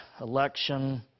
election